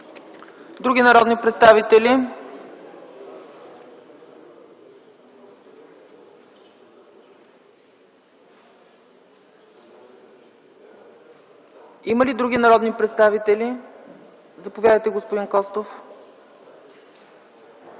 Други народни представители? Има ли други народни представители? Заповядайте, господин Костов.